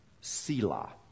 selah